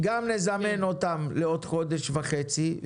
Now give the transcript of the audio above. אנחנו נעשה, גם נזמן אותם לעוד חודש וחצי.